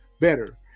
better